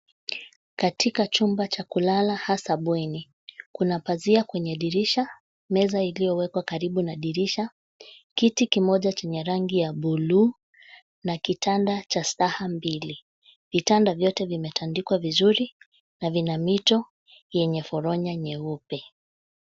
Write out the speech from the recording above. Katika chumba cha kulala hasa bweni. Kuna pazia kwenye dirisha, meza iliyowekwa karibu na dirisha, kiti kimoja chenye rangi ya bluu na kitanda cha staha mbili. vitanda vyote vimetandikwa vizuri na vina mito yenye foronya nyeupe.